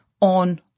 on